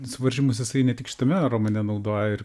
suvaržymus jisai ne tik šitame romane naudoja ir